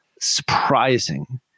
surprising